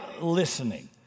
listening